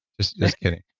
just kidding.